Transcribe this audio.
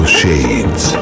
shades